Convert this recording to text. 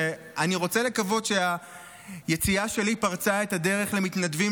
ואני רוצה לקוות שהיציאה שלי פרצה את הדרך למתנדבים